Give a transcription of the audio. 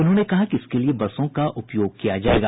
उन्होंने कहा कि इसके लिये बसों का उपयोग किया जाएगा